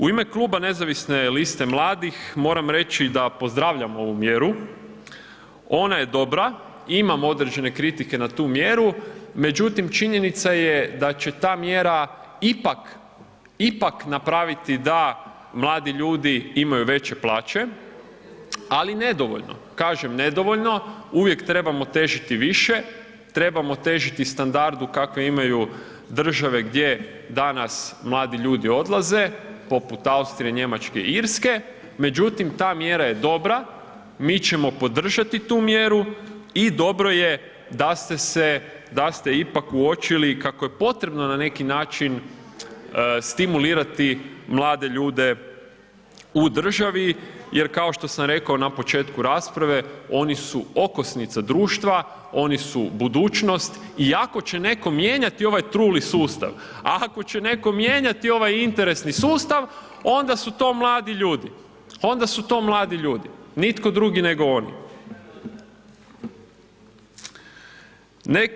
U ime kluba Nezavisne liste mladih, moram reći da pozdravljam ovu mjeru, ona je dobra, imam određene kritike na tu mjeru međutim činjenica je da će ta mjera ipak na praviti da mladi ljudi imaju veće plaće ali nedovoljno, kažem nedovoljno, uvijek trebamo težiti više, trebamo težiti standardu kakve imaju države gdje danas mladi ljudi odlaze poput Austrije, Njemačke, Irske, međutim ta mjera je dobra, mi ćemo podržati tu mjeru i dobro je da ste ipak uočili kako je potrebno na neki način stimulirati mlade ljude u državi jer kao što sam rekao na početku rasprave, oni su okosnica društva, oni su budućnost i ako će netko mijenjati ovaj truli sustav, ako će netko mijenjati ovaj interesni sustav, onda su to mladi ljudi, nitko drugi nego oni.